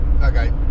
okay